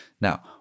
Now